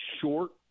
short